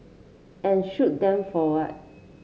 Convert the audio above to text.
and shoot them for what